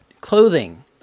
clothing